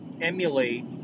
emulate